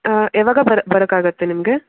ಯಾವಾಗ ಬರೋಕಾಗುತ್ತೆ ನಿಮಗೆ